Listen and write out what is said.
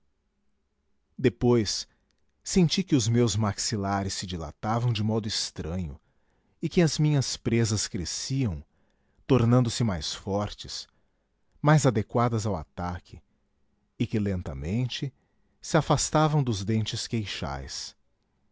depois senti que os meus maxilares se dilatavam de modo estranho e que as minhas presas cresciam tornando-se mais fortes mais adequadas ao ataque e que lentamente se afastavam dos dentes queixais